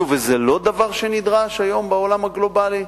נו, וזה לא דבר שנדרש היום בעולם הגלובלי?